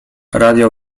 radio